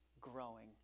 growing